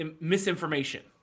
misinformation